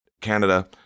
Canada